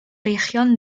región